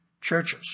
churches